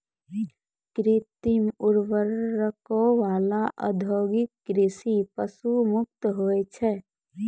कृत्रिम उर्वरको वाला औद्योगिक कृषि पशु मुक्त होय छै